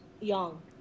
young